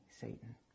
Satan